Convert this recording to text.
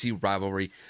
rivalry